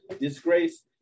disgrace